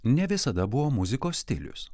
ne visada buvo muzikos stilius